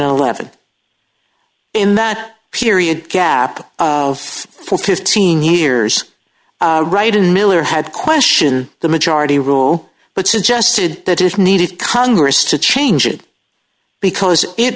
eleven in that period gap of full fifteen years right in miller had question the majority rule but suggested that if needed congress to change it because it